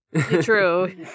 True